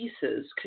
pieces